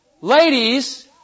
ladies